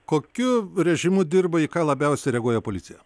kokiu režimu dirba į ką labiausiai reaguoja policija